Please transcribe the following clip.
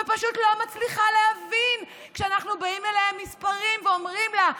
ופשוט לא מצליחה להבין כשאנחנו באים אליה עם מספרים ואומרים לה: